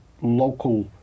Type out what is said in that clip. Local